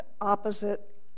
opposite